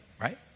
right